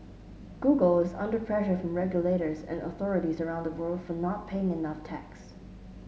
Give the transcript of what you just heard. Google is under pressure from regulators and authorities around the world for not paying enough tax